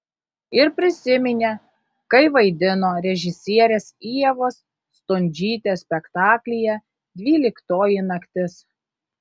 ir prisiminė kai vaidino režisierės ievos stundžytės spektaklyje dvyliktoji naktis